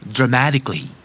Dramatically